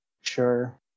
Sure